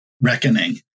reckoning